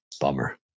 Bummer